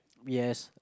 yes